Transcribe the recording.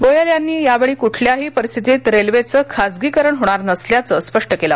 गोयल यांनी यावेळी कुठल्याही परिस्थितीत रेल्वेचं खासगीकरण होणार नसल्याचं स्पष्ट केलं